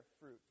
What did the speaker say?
fruit